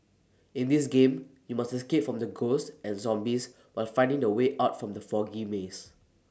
in this game you must escape from the ghosts and zombies while finding the way out from the foggy maze